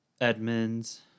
Edmonds